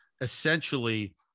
essentially